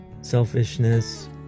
selfishness